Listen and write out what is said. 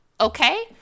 Okay